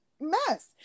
mess